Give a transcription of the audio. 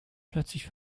plötzlich